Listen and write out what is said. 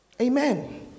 Amen